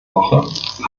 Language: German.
woche